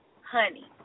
honey